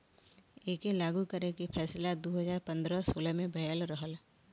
एके लागू करे के फैसला दू हज़ार पन्द्रह सोलह मे भयल रहल